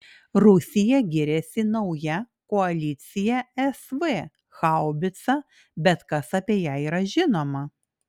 rusija giriasi nauja koalicija sv haubica bet kas apie ją yra žinoma